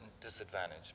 disadvantage